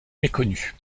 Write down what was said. méconnue